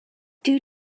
due